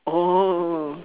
oh